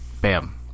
bam